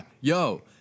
Yo